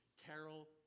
Carol